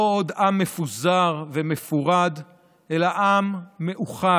לא עוד עם מפוזר ומפורד, אלא עם מאוחד